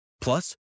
Plus